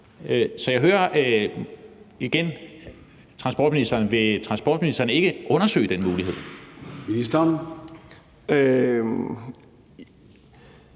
igen: Vil transportministeren ikke undersøge den mulighed?